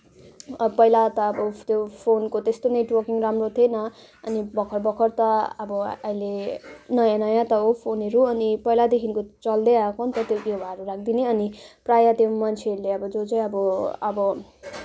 पहिला त अब त्यो फोनको त्यस्तो नेटवर्किङ राम्रो थिएन अनि भर्खर भर्खर त अब अहिले नयाँ नयाँ त हो फोनहरू अनि पहिलादेखिको चल्दै आएको नि त त्यो गेवाहरू राखिदिने अनि प्रायः त्यो मान्छेहरूले अब जो चाहिँ अब अब